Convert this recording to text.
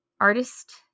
artist